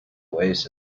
oasis